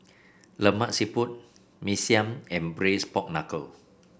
Lemak Siput Mee Siam and Braised Pork Knuckle